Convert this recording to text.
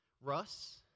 Russ